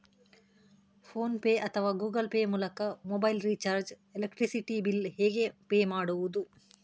Phone pay ಅಥವಾ Google Pay ಮೂಲಕ mobile recharge, electricity bill ಹೇಗೆ ಪೇ ಮಾಡುವುದು?